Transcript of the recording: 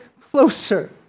closer